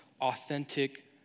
authentic